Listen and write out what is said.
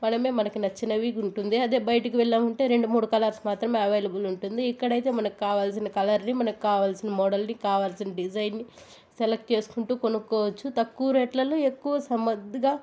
మనమే మనకు నచ్చినవి ఉంటుంది అదే బయటికి వెళ్లామంటే రెండు మూడు కలర్స్ మాత్రమే అవైలబుల్ ఉంటుంది ఇక్కడైతే మనకు కావాల్సిన కలర్ని మనకు కావాల్సిన మోడల్ని కావాల్సిన డిజైన్ని సెలెక్ట్ చేసుకుంటూ కొనుక్కోవచ్చు తక్కువ రేట్లలో ఎక్కువ సమర్దిగా